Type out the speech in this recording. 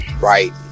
Right